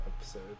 episode